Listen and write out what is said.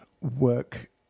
work